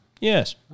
Yes